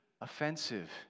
offensive